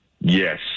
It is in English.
Yes